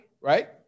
right